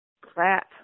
crap